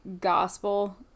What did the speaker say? gospel